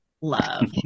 love